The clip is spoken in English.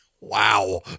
Wow